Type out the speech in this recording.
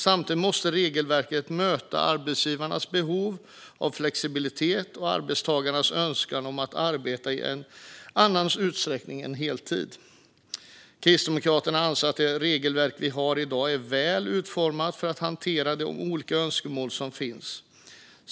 Samtidigt måste regelverket möta arbetsgivarnas behov av flexibilitet och arbetstagarnas önskan om att arbeta i annan utsträckning än heltid. Kristdemokraterna anser att det regelverk vi har i dag är väl utformat för att hantera de olika önskemål som finns.